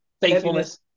Faithfulness